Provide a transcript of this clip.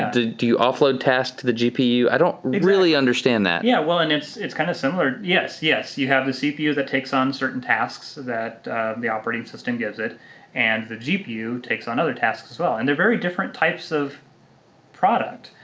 do you offload tasks to the gpu? i don't really understand that. yeah, well, and it's kind of similar, yes, yes. you have the cpu that takes on certain tasks that the operating system gives it and the gpu takes on other tasks as well. and they're very different types of product.